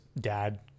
dad